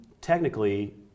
technically